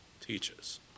teaches